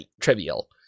trivial